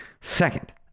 Second